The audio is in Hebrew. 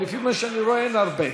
לפי מה שאני רואה אין הרבה.